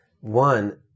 One